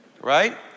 right